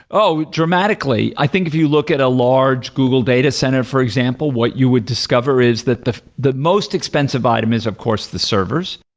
oh, dramatically. i think if you look at a large google data center for example, what you would discover is that the the most expensive item is of course the servers.